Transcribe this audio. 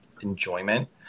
enjoyment